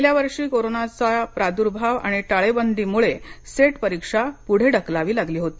गेल्या वर्षी करोनाच्या प्रादुर्भाव आणि टाळेबंदीमुळे सेट परीक्षा पुढे ढकलावी लागली होती